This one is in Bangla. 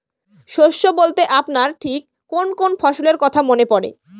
শস্য বলতে আপনার ঠিক কোন কোন ফসলের কথা মনে পড়ে?